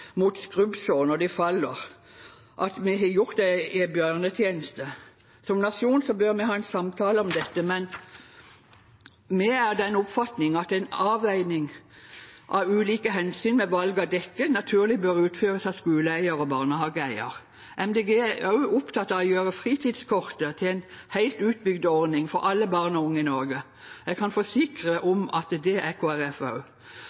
mot skrubbsår når de faller, at vi har gjort dem en bjørnetjeneste. Som nasjon bør vi ha en samtale om dette, men vi er av den oppfatning at en avveining av ulike hensyn ved valg av dekke naturlig bør utføres av skoleeiere og barnehageeiere. Miljøpartiet De Grønne er opptatt av å gjøre fritidskortet til en helt utbygd ordning for alle barn og unge i Norge. Jeg kan forsikre